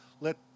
let